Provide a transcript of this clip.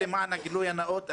למען הגילוי הנאות,